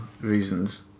reasons